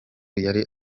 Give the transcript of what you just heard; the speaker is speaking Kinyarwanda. yari